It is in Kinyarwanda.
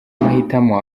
amahitamo